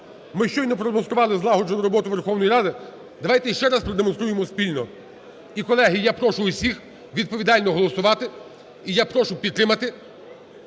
Ми щойно продемонстрували злагоджену роботу Верховної Ради, давайте ще раз продемонструємо спільно. І, колеги, я прошу усіх відповідально голосувати. І я прошу підтримати